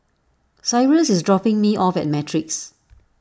Cyrus is dropping me off at Matrix